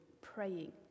praying